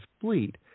fleet